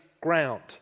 ground